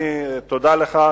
תודה לך.